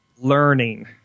learning